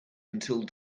until